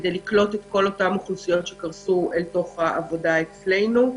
כדי לקלוט את כל האוכלוסיות שקרסו לתוך העבודה אצלנו,